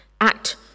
Act